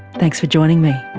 thanks for joining me